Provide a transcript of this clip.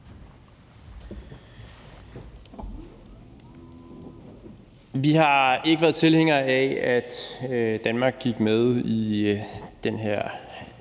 Vi har ikke været tilhængere af, at Danmark gik med i det her